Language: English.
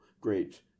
great